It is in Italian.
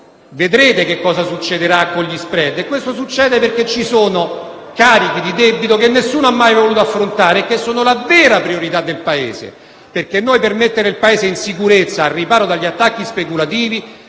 vedrete che cosa succederà con lo *spread*. Questo succede perché ci sono carichi di debito che nessuno ha mai voluto affrontare e che sono la vera priorità del Paese. Per mettere il Paese in sicurezza e al riparo dagli attacchi speculativi,